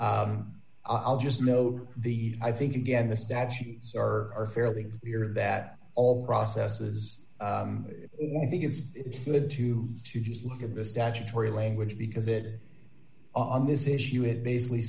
i'll just note the i think again the statutes are fairly clear that all processes or i think it's good to to just look at the statutory language because it on this issue it basically